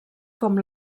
com